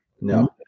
No